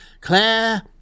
Claire